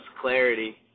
clarity